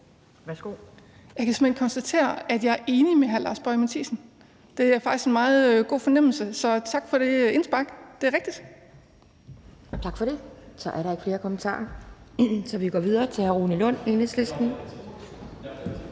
Jeg kan simpelt hen konstatere, at jeg er enig med hr. Lars Boje Mathiesen. Det er faktisk en meget god fornemmelse, så tak for det indspark. Det er rigtigt. Kl. 11:41 Anden næstformand (Pia Kjærsgaard): Tak for det. Der er ikke flere kommentarer, så vi går videre til hr. Rune Lund, Enhedslisten.